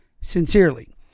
Sincerely